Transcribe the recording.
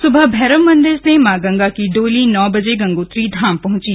सुबह भैरव मंदिर से मां गंगा की डोली नौ बजे गंगोत्री धाम पहुंची